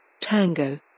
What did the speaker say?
Tango